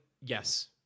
yes